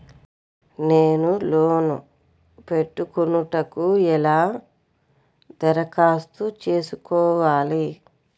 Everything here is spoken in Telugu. నేను లోన్ పెట్టుకొనుటకు ఎలా దరఖాస్తు చేసుకోవాలి?